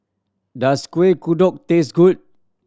does Kueh Kodok taste good